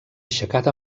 aixecat